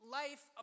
life